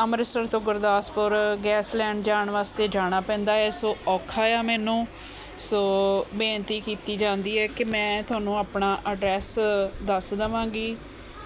ਅੰਮ੍ਰਿਤਸਰ ਤੋਂ ਗੁਰਦਾਸਪੁਰ ਗੈਸ ਲੈਣ ਜਾਣ ਵਾਸਤੇ ਜਾਣਾ ਪੈਂਦਾ ਹੈ ਸੋ ਔਖਾ ਹੈ ਮੈਨੂੰ ਸੋ ਬੇਨਤੀ ਕੀਤੀ ਜਾਂਦੀ ਹੈ ਕਿ ਮੈਂ ਤੁਹਾਨੂੰ ਆਪਣਾ ਅਡਰੈਸ ਦੱਸ ਦੇਵਾਂਗੀ